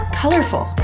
colorful